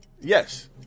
Yes